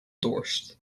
dorst